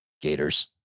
Gators